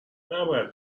نباید